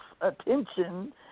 attention